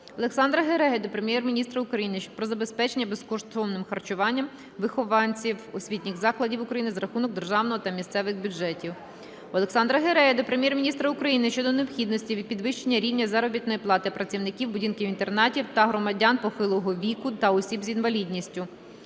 Олександра Гереги до Прем'єр-міністра України щодо необхідності підвищення рівня заробітної плати працівників будинків-інтернатів та громадян похилого віку та осіб з інвалідністю.